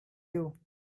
you